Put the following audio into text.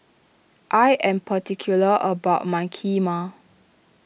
I am particular about my Kheema